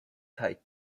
kaj